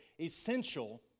essential